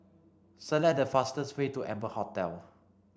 select the fastest way to Amber Hotel